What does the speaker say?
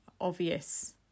obvious